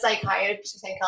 psychiatrist